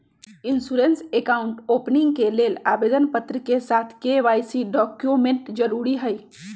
insurance account opening के लेल आवेदन पत्र के साथ के.वाई.सी डॉक्यूमेंट जरुरी हइ